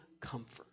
comfort